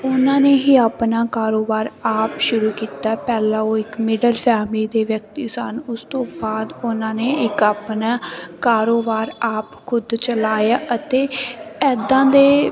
ਉਹਨਾਂ ਨੇ ਹੀ ਆਪਣਾ ਕਾਰੋਬਾਰ ਆਪ ਸ਼ੁਰੂ ਕੀਤਾ ਪਹਿਲਾਂ ਉਹ ਇੱਕ ਮਿਡਲ ਫੈਮਿਲੀ ਦੇ ਵਿਅਕਤੀ ਸਨ ਉਸ ਤੋਂ ਬਾਅਦ ਉਹਨਾਂ ਨੇ ਇੱਕ ਆਪਣਾ ਕਾਰੋਬਾਰ ਆਪ ਖੁਦ ਚਲਾਇਆ ਅਤੇ ਇੱਦਾਂ ਦੇ